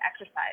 exercise